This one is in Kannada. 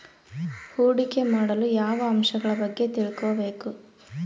ಹೂಡಿಕೆ ಮಾಡಲು ಯಾವ ಅಂಶಗಳ ಬಗ್ಗೆ ತಿಳ್ಕೊಬೇಕು?